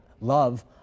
love